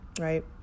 right